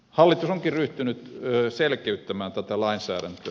hallitus onkin ryhtynyt selkiyttämään tätä lainsäädäntöä